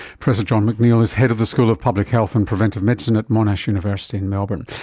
professor john mcneil is head of the school of public health and preventative medicine at monash university in melbourne.